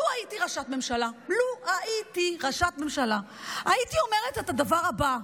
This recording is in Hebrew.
לו הייתי ראשת ממשלה הייתי אומרת את הדבר הבא: